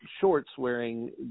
shorts-wearing